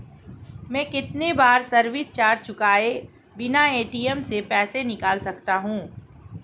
मैं कितनी बार सर्विस चार्ज चुकाए बिना ए.टी.एम से पैसे निकाल सकता हूं?